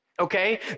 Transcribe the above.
okay